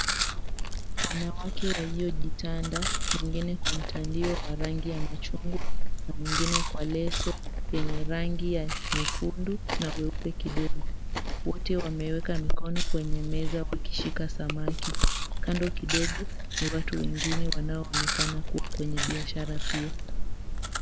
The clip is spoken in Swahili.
Wanawake waliojitanda mwingine kwa mtandio wa rangi ya machungwa na mwingine kwa leso yenye rangi ya nyekundu na weupe kidogo, wote wameweka mkono kwenye meza wakishika samaki kando kidogo, ni watu wengine wanaonekana kuwa kwenye biashara pia.